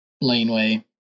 laneway